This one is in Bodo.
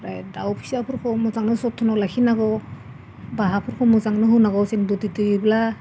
ओमफ्राय दाउ फिसाफोरखौ मोजाङै जोथोनाव लाखिनांगौ बाहाफोरखौ मोजांनो होनांगौ जेन बिदै दैयोब्ला